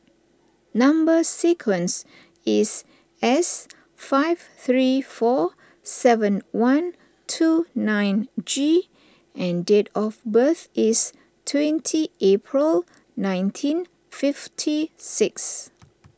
Number Sequence is S five three four seven one two nine G and date of birth is twenty April nineteen fifty six